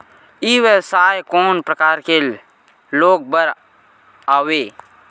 ई व्यवसाय कोन प्रकार के लोग बर आवे?